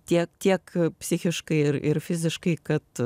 tiek tiek psichiškai ir ir fiziškai kad